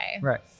Right